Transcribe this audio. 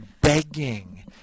begging